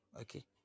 Okay